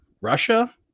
Russia